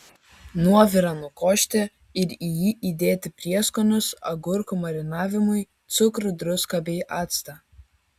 nuovirą nukošti ir į jį įdėti prieskonius agurkų marinavimui cukrų druską bei actą